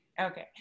Okay